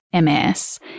MS